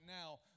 now